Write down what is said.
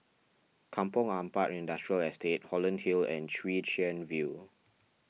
Kampong Ampat Industrial Estate Holland Hill and Chwee Chian View